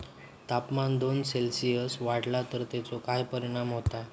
तापमान दोन सेल्सिअस वाढला तर तेचो काय परिणाम होता?